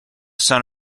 son